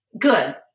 Good